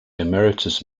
emeritus